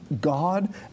God